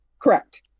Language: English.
Correct